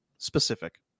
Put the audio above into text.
Specific